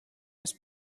his